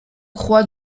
croix